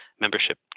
membership